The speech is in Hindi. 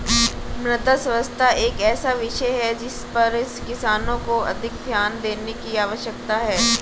मृदा स्वास्थ्य एक ऐसा विषय है जिस पर किसानों को अधिक ध्यान देने की आवश्यकता है